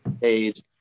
Page